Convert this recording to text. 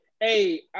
hey